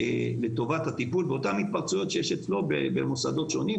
לטובת הטיפול שיש אצלו במוסדות שונים,